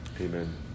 Amen